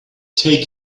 take